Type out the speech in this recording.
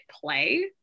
play